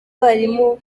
abarimu